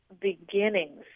beginnings